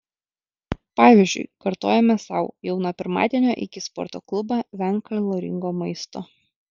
pavyzdžiui kartojame sau jau nuo pirmadienio eik į sporto klubą venk kaloringo maisto